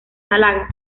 málaga